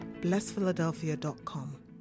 blessphiladelphia.com